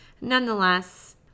Nonetheless